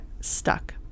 stuck